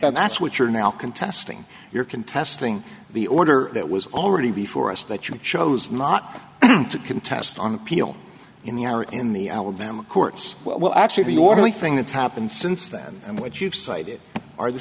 that's what you're now contesting you're contesting the order that was already before us that you chose not to contest on appeal in the air in the alabama courts well actually the orderly thing that's happened since then and what you've cited are the